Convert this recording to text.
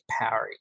Powery